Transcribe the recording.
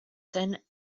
ten